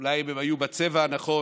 אולי אם הם היו בצבע הנכון,